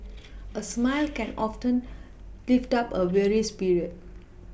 a smile can often lift up a weary spirit